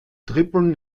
dribbeln